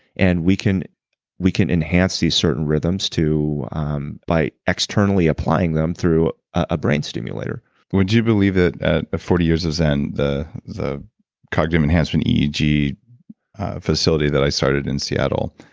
and we can we can enhance these certain rhythms by um by externally applying them through a brain stimulator but would you believe that ah forty years of zen, the the cognitive enhancement eeg facility that i started in seattle,